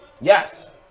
Yes